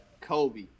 Kobe